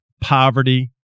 poverty